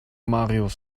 marius